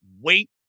wait